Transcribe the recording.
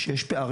עלה שיש פערים.